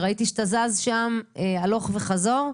ראיתי שאתה זז שם הלוך וחזור.